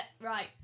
Right